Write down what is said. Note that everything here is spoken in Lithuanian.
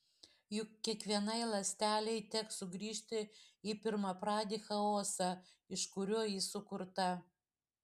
juk kiekvienai ląstelei teks sugrįžti į pirmapradį chaosą iš kurio ji sukurta